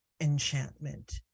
enchantment